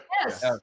Yes